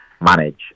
manage